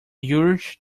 urge